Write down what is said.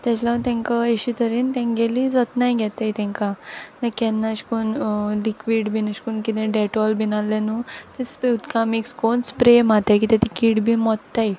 तेज लागोन तेंक अेश तरेन तेंगेली जतनाय घेताय तेंकां मागीर केन्ना अेश कोन्न लिक्वीड बीन अेश कोन्न कितें डॅटोल बीन आहलें न्हू तें उदकां मिक्स कोन्न स्प्रे माताय कित्या ते कीड बी मोत्ताय